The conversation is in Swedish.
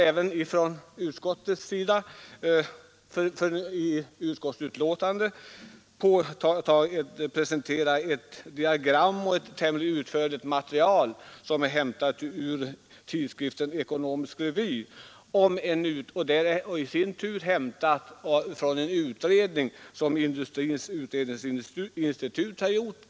Även utskottet har i sitt betänkande presenterat ett diagram och ett tämligen utförligt material, hämtat från tidskriften Ekonomisk Revy, som i sin tur hämtat materialet från en utredning som industrins utredningsinstitut gjort.